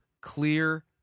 clear